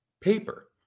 paper